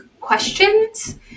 questions